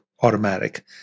automatic